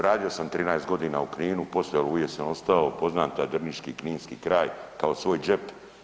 Radio sam 13 godina u Kninu, poslije Oluje sam ostao i poznam taj drniški i kninski kraj kao svoj džep.